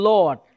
Lord